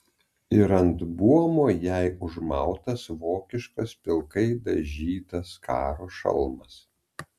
ir ant buomo jai užmautas vokiškas pilkai dažytas karo šalmas